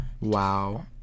Wow